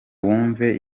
wumve